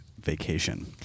vacation